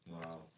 Wow